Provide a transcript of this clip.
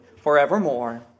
forevermore